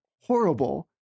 horrible